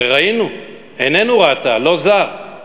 הרי ראינו, עינינו ראתה, לא זר.